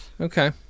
Okay